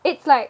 it's like